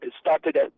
started